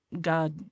God